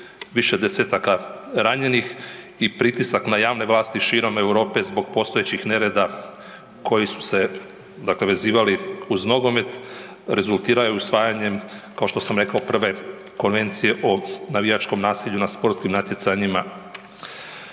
Više desetaka ranjenih i pritisak na javne vlasti širom Europe zbog postojećih nereda koji su se, dakle, vezivali uz nogomet, rezultirao je usvajanjem, kao što sam rekao, prve Konvencije o navijačkom nasilju na sportskim natjecanjima.